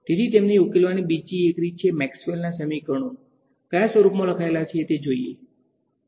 તેથી તેમને ઉકેલવાની બીજી રીત એ છે કે મેક્સવેલના સમીકરણો કયા સ્વરૂપમાં લખાયેલા છે તે જોઈને